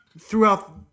throughout